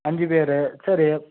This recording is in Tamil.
அஞ்சு பேர் சரி